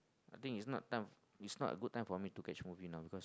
I think it's not time it's not a good time for me to catch movie now because